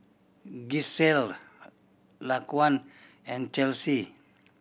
Gisselle Laquan and Chelsea